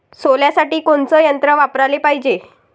सोल्यासाठी कोनचं यंत्र वापराले पायजे?